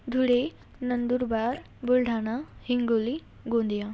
Dhule Nandurbar Buldhana Hingoli Gondia